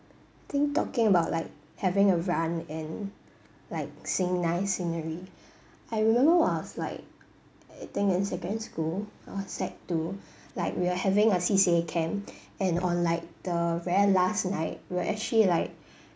think talking about like having a run and like seeing nice scenery I remember when I was like I think in secondary school I was sec two like we are having a C_C_A camp and on like the very last night we actually like